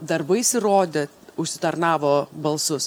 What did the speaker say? darbais įrodė užsitarnavo balsus